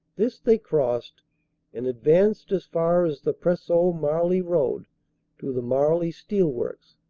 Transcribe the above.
this they crossed and advanced as far as the preseau-marly road to the marly steelworks.